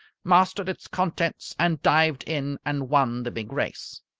mastered its contents, and dived in and won the big race.